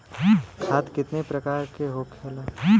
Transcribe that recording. खाद कितने प्रकार के होखेला?